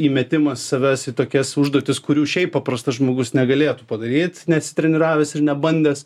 įmetimas savęs į tokias užduotis kurių šiaip paprastas žmogus negalėtų padaryt nesitreniravęs ir nebandęs